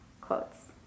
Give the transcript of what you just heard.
quotes